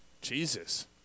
Jesus